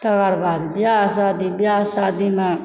तकर बाद बिआह शादी बिआह शादीमे